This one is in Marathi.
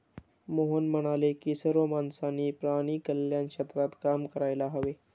मोहन म्हणाले की सर्व माणसांनी प्राणी कल्याण क्षेत्रात काम करायला हवे